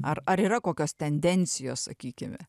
ar ar yra kokios tendencijos sakykime